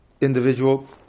individual